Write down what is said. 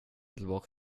tillbaka